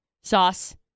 sauce